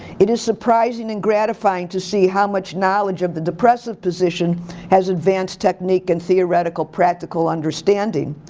it is surprising and gratifying to see how much knowledge of the depressive position has advanced technique and theoretical practical understanding.